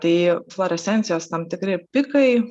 tai fluorescencijos tam tikri pikai